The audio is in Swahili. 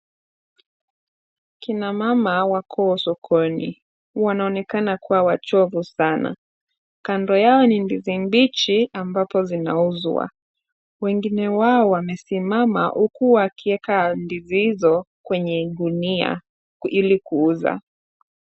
Kina mama wako sokoni. Wanaonekana kuwa wachovu sana. Kando yao ni ndizi mbichi ambapo zinauzwa. Wengine wao wamesimama huku wakiweka ndizi hizo kwenye gunia ili kuuza.